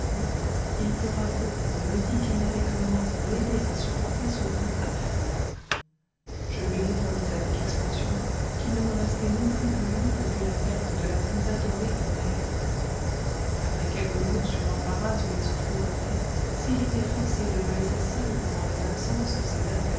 il pleura beaucoup et me dit qu'il n'avait que moi pour l'aider à supporter ce coup affreux je lui répondis avec expansion qu'il ne me restait non plus que lui depuis la perte de la plus adorée des mères après quelques mots sur l'embarras où il se trouverait s'il était forcé de me laisser seule pendant les absences que ses